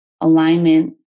alignment